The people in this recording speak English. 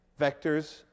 Vectors